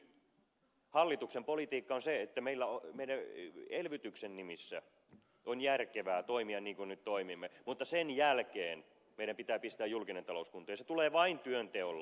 hallituksen politiikka on se että elvytyksen nimissä on järkevää toimia niin kuin nyt toimimme mutta sen jälkeen meidän pitää pistää julkinen talous kuntoon ja se tulee vain työnteolla